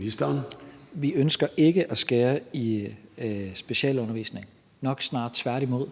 Tesfaye): Vi ønsker ikke at skære i specialundervisningen, nok snarere tværtimod.